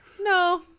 No